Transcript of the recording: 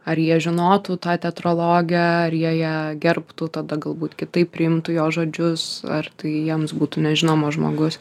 ar jie žinotų tą teatrologę ar jie ją gerbtų tada galbūt kitaip priimtų jos žodžius ar tai jiems būtų nežinomas žmogus